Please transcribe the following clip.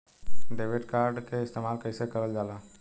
Debit card के इस्तेमाल कइसे करल जाला?